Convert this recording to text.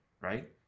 right